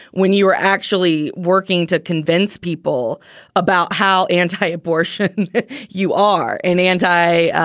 when you were actually working to convince people about how anti-abortion you are and anti-gay,